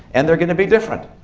and they're going to be different.